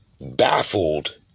baffled